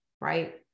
right